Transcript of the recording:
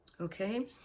okay